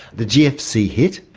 the gfc hit,